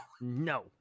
no